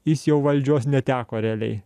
jis jau valdžios neteko realiai